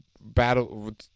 battle